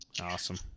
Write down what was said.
awesome